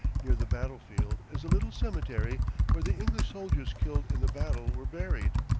near the battle-field is a little cemetery where the english soldiers killed in the battle were buried.